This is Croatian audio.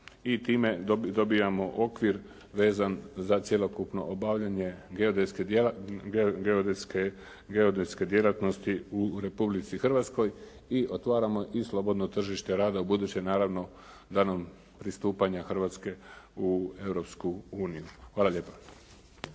I time dobijmo okvir za cjelokupno obavljanje geodetske djelatnosti u Republici i otvaramo i slobodno tržište rada, buduće naravno dana pristupanja Hrvatske u Europsku uniju.